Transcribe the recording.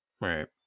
right